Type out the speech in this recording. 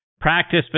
Practice